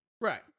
Right